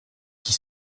qui